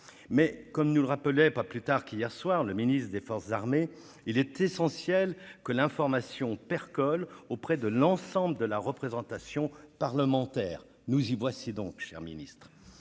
comme nous le rappelait pas plus tard qu'hier soir le ministre des armées, il est essentiel que l'information « percole » auprès de l'ensemble de la représentation parlementaire. Nous y voici donc, monsieur le ministre